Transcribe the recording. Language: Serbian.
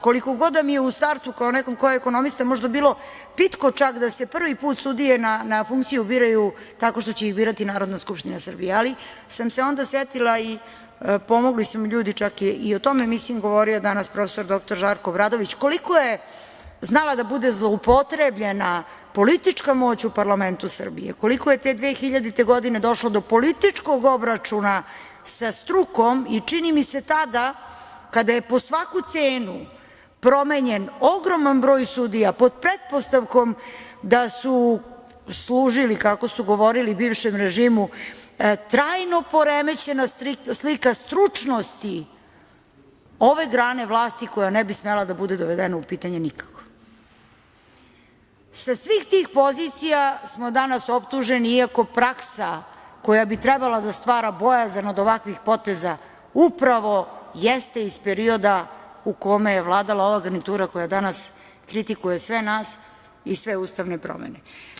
Koliko god da mi u startu kao nekom ko je ekonomista možda bilo pitko čak da se prvi put sudije na funkciju biraju tako što će ih birati Narodna skupština Srbije, ali sam se onda setila, i pomogli su mi čak ljudi i u tome, mislim da je govorio danas prof. Žarko Obradović, koliko je znala da bude zloupotrebljena politička moć u parlamentu Srbije, koliko je te 2000. godine došlo do političkog obračuna sa strukom i čini mi se tada, kada je po svaku cenu promenjen ogroman broj sudija pod pretpostavkom da su služili, kako su govorili, bivšem režimu, trajno poremećena slika stručnosti ove grane vlasti koja ne bi smela da bude dovedena u pitanje nikako, sa svih tih pozicija smo danas optuženi, iako praksa, koja bi trebala da stvara bojazan od ovakvih poteza, upravo jeste iz perioda u kome je vladala ova garnitura koja danas kritikuje sve nas i sve ustavne promene.